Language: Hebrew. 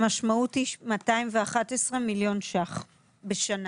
המשמעות היא 211 מיליון שקלים בשנה.